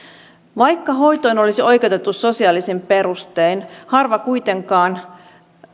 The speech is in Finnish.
vaikka hoitoon olisi oikeutettu sosiaalisin perustein harva kuitenkaan